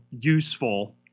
useful